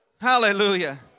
Hallelujah